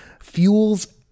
fuels